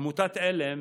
עמותת עלם